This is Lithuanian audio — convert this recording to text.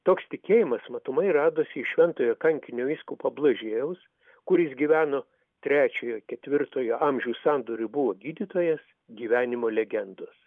toks tikėjimas matomai radosi iš šventojo kankinio vyskupo blažiejaus kuris gyveno trečiojo ketvirtojo amžių sandūroj buvo gydytojas gyvenimo legendos